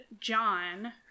John